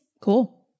cool